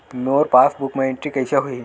मोर passbook मा entry कइसे होही?